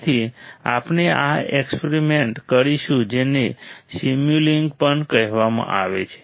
તેથી આપણે આ એક્સપેરિમેન્ટ કરીશું જેને સિમુલિન્ક પણ કહેવાય છે